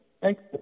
Thanks